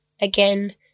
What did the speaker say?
again